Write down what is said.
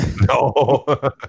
No